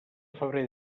febrer